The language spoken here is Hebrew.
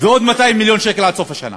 ועוד 200 מיליון שקל עד סוף השנה.